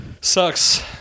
sucks